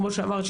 כמו שאמרת,